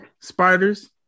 spiders